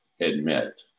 admit